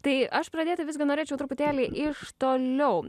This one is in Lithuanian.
tai aš pradėti visgi norėčiau truputėlį iš toliau